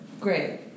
Great